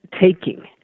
taking